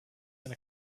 than